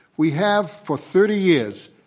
we have for thirty years,